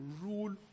rule